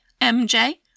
MJ